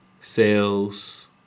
sales